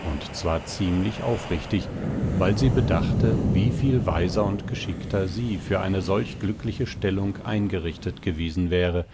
und zwar ziemlich aufrichtig weil sie bedachte wieviel weiser und geschickter sie für eine solch glückliche stellung eingerichtet gewesen wäre